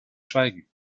schweigen